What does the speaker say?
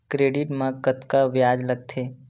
Credit मा कतका ब्याज लगथे?